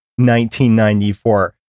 1994